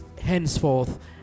henceforth